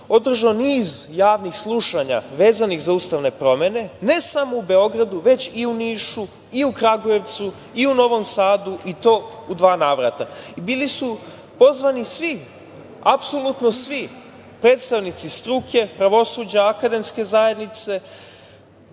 održao niz javnih slušanja vezanih za ustavne promene ne samo u Beogradu, već i u Nišu, i u Kragujevcu i u Novom Sadu i to u dva navrata. Bili su pozvani svi, apsolutno svi predstavnici struke, pravosuđa, akademske zajednice,